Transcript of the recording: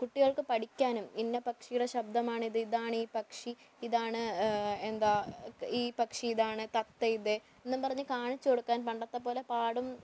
കുട്ടികൾക്ക് പഠിക്കാനും ഇന്ന പക്ഷിയുടെ ശബ്ദമാണിത് ഇതാണ് ഈ പക്ഷി ഇതാണ് എന്താണ് ഈ പക്ഷി ഇതാണ് തത്ത ഇത് എന്നും പറഞ്ഞ് കാണിച്ചു കൊടുക്കാൻ പണ്ടത്തെ പോലെ പാടും